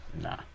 Nah